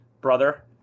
brother